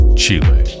chile